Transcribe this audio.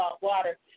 water